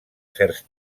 certs